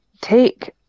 take